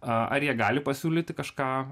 ar jie gali pasiūlyti kažką